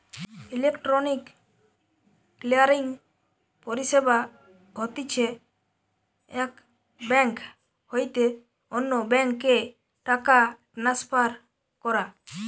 electronic clearing পরিষেবা হতিছে এক বেঙ্ক হইতে অন্য বেঙ্ক এ টাকা ট্রান্সফার করা